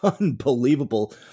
unbelievable